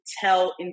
tell